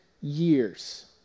years